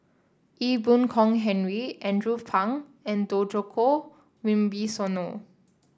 Ee Boon Kong Henry Andrew Phang and Djoko Wibisono